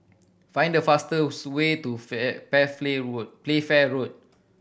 find the fastest way to Playfair Road